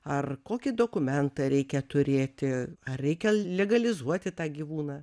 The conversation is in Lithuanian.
ar kokį dokumentą reikia turėti ar reikia legalizuoti tą gyvūną